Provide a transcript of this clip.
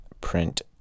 print